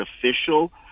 official